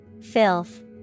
Filth